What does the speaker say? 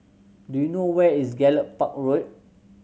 do you know where is Gallop Park Road